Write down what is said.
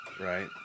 Right